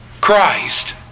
Christ